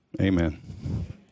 Amen